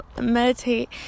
meditate